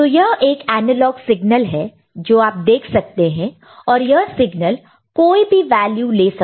तो यह एक एनालॉग सिग्नल है जो आप देख सकते हैं और यह सिग्नल कोई भी वैल्यू ले सकता है